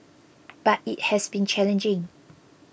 but it has been challenging